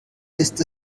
ist